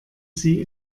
sie